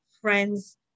friends